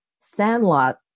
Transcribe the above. Sandlot